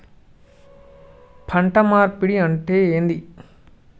పంట మార్పిడి అంటే ఏంది?